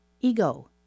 ego